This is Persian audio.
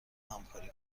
همکاری